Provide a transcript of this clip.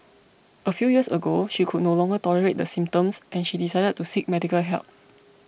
a few years ago she could no longer tolerate the symptoms and she decided to seek medical help